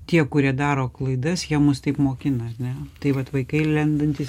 tie kurie daro klaidas jie mus taip mokina ar ne tai vat vaikai lendantys